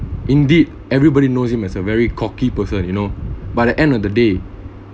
indeed everybody knows him as a very cocky person you know but the end of the day